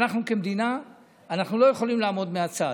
ואנחנו כמדינה לא יכולים לעמוד מן הצד.